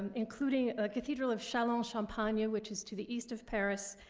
and including a cathedral of chalons-en-champagne, yeah which is to the east of paris,